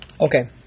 Okay